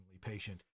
patient